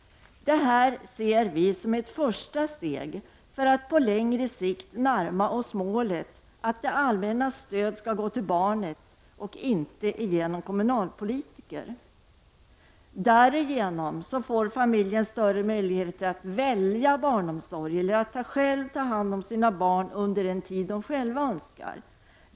Detta ser vi som ett första steg för att på längre sikt närma oss målet att det allmännas stöd skall gå till barnet och inte genom kommunalpolitiker. Därigenom får familjen större möjligheter att välja barnomsorg. Man får möjlighet att själv ta hand om sina barn under den tid man önskar.